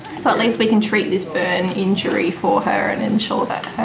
so at least we can treat this burn injury for her and ensure that